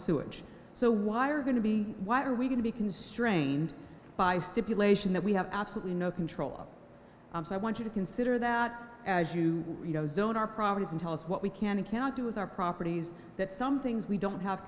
sewage so why are going to be why are we going to be constrained by stipulation that we have absolutely no control and i want you to consider that as you don't our property can tell us what we can and cannot do with our properties that some things we don't have